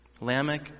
Lamech